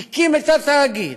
הקים את התאגיד,